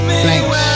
thanks